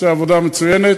שעושה עבודה מצוינת,